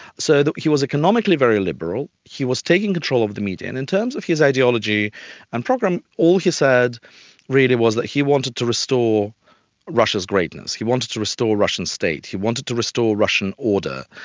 so he was economically very liberal, he was taking control of the media. and in terms of his ideology and program, all he said really was that he wanted to restore russia's greatness, he wanted to restore russian state, he wanted to restore russian order.